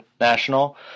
national